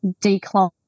decline